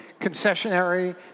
concessionary